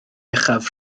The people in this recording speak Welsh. uchaf